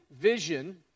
vision